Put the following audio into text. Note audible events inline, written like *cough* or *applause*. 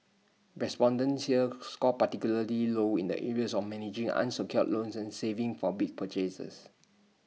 respondents here *noise* scored particularly low in the areas of managing unsecured loans and saving for big purchases